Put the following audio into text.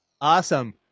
Awesome